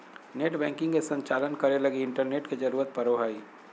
net banking के संचालन करे लगी इंटरनेट के जरुरत पड़ो हइ